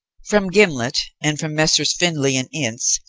from gimblet, and from messrs. findlay and ince,